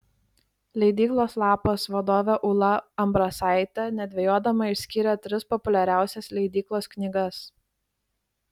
leidyklos lapas vadovė ūla ambrasaitė nedvejodama išskyrė tris populiariausias leidyklos knygas